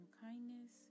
kindness